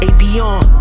Avion